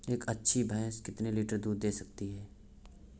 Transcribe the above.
एक अच्छी भैंस कितनी लीटर दूध दे सकती है?